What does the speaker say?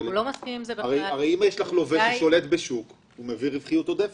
לווה ששולט בשוק מביא רווחיות עודפת,